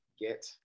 get